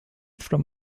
from